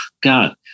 God